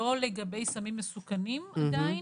לא לגבי סמים מסוכנים עדיין,